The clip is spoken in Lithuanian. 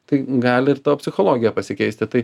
tai gali ir tavo psichologija pasikeisti tai